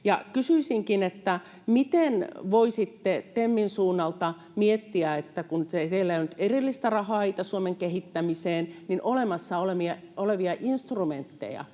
Kysyisinkin: Miten voisitte TEMin suunnalta miettiä, kun teillä ei ole nyt erillistä rahaa Itä-Suomen kehittämiseen, että olemassa olevia instrumentteja